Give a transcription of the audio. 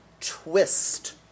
twist